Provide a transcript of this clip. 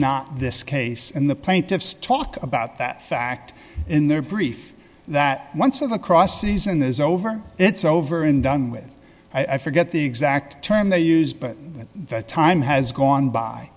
not this case in the plaintiff's talk about that fact in their brief that once of the cross season is over it's over and done with i forget the exact term they used but the time has gone by